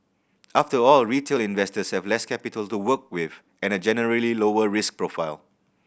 after all retail investors have less capital to work with and a generally lower risk profile